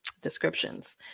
descriptions